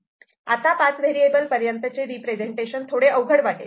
आता पाच व्हेरिएबल पर्यंतचे रिप्रेझेंटेशन थोडे अवघड वाटेल